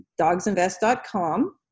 dogsinvest.com